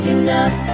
enough